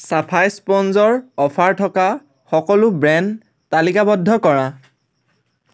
চাফাই স্পঞ্জৰ অফাৰ থকা সকলো ব্ৰেণ্ড তালিকাবদ্ধ কৰা